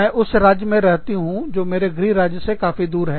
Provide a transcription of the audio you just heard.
मैं उस राज्य में रहती हूँ जो मेरे गृह राज्य से काफी दूर है